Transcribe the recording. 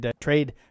trade